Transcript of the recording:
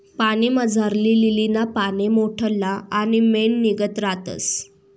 पाणीमझारली लीलीना पाने मोठल्ला आणि मेणनीगत रातस